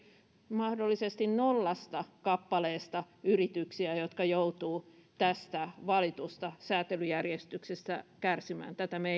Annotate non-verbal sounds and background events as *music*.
mahdollisesti nollasta kappaleesta yrityksiä jotka joutuvat tästä valitusta säätelyjärjestyksestä kärsimään tätä me *unintelligible*